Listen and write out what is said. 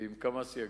עם כמה סייגים.